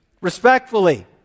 Respectfully